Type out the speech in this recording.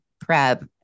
prep